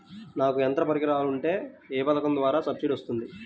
నాకు యంత్ర పరికరాలు ఉంటే ఏ పథకం ద్వారా సబ్సిడీ వస్తుంది?